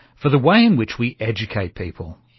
for the way in which we educate people.